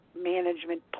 management